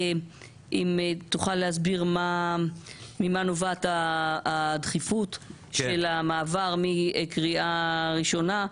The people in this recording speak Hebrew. אם תוכל להסביר ממה נובעת הדחיפות של המעבר מקריאה ראשונה,